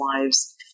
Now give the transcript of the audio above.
lives